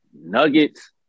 Nuggets